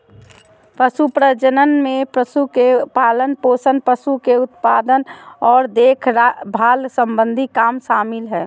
पशु प्रजनन में पशु के पालनपोषण, पशु के उत्पादन आर देखभाल सम्बंधी काम शामिल हय